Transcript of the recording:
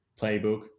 playbook